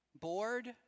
bored